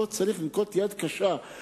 פה צריך לנקוט יד קשה,